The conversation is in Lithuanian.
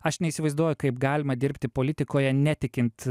aš neįsivaizduoju kaip galima dirbti politikoje netikint